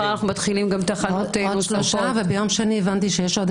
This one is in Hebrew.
יש לנו עכשיו